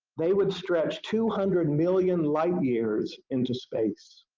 they would stretch two hundred million light-years into space